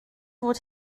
fod